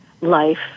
life